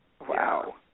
Wow